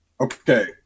okay